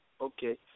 Okay